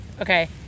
okay